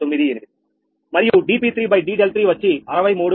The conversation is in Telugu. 98 మరియు dp3 d∂3 వచ్చి 63